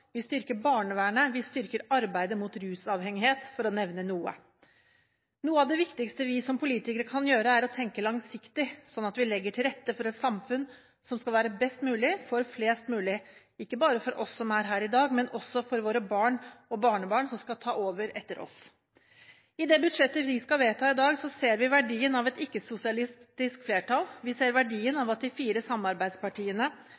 vi styrker barnevernet, vi styrker arbeidet mot rusavhengighet, for å nevne noe. Noe av det viktigste vi som politikere kan gjøre, er å tenke langsiktig, slik at vi legger til rette for et samfunn som skal være best mulig for flest mulig – ikke bare for oss som er her i dag, men også for våre barn og barnebarn som skal ta over etter oss. I det budsjettet som vi skal vedta i dag, ser vi verdien av et ikke-sosialistisk flertall – vi ser verdien